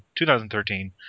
2013